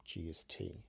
GST